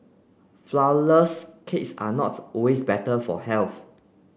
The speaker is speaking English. flour less cakes are not always better for health